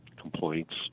complaints